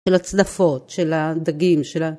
‫של הצדפות, של הדגים, של ה...